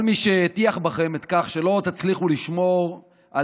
כל מי שהטיח בכם שלא תצליחו לשמור על